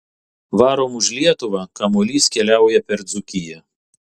varom už lietuvą kamuolys keliauja per dzūkiją